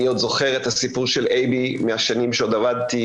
אני עוד זוכר את הסיפור של אייבי מהשנים שעוד עבדתי